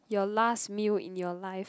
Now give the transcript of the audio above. your last meal in your life